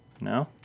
No